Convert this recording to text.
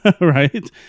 right